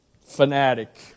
fanatic